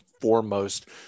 foremost